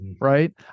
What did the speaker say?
right